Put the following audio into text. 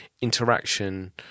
interaction